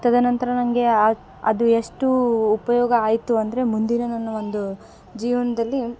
ತದ ನಂತರ ನನಗೆ ಅದು ಅದು ಎಷ್ಟು ಉಪಯೋಗ ಆಯಿತು ಅಂದರೆ ಮುಂದಿನ ನನ್ನ ಒಂದು ಜೀವ್ನ್ದಲ್ಲಿ